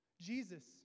Jesus